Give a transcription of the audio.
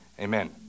Amen